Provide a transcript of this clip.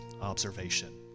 observation